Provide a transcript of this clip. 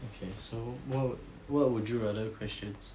okay so what what would you rather questions